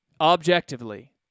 objectively